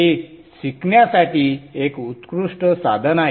हे शिकण्यासाठी एक उत्कृष्ट साधन आहे